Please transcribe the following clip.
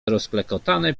rozklekotane